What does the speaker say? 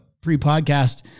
pre-podcast